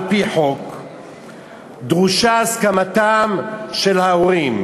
על-פי חוק דרושה הסכמתם של ההורים,